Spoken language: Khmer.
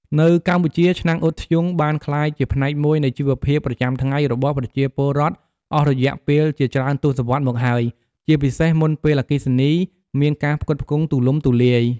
នៅកម្ពុជា ឆ្នាំងអ៊ុតធ្យូងបានក្លាយជាផ្នែកមួយនៃជីវភាពប្រចាំថ្ងៃរបស់ប្រជាពលរដ្ឋអស់រយៈពេលជាច្រើនទសវត្សរ៍មកហើយ ជាពិសេសមុនពេលអគ្គិសនីមានការផ្គត់ផ្គង់ទូលំទូលាយ។